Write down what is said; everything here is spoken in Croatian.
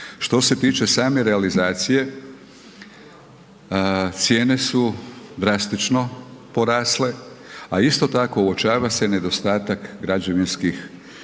Što se tiče same realizacije, cijene su drastično porasle a isto tako uočava se nedostatak građevinskih